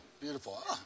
Beautiful